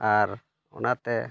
ᱟᱨ ᱚᱱᱟᱛᱮ